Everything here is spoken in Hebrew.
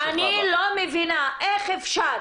אני לא מבינה איך אפשר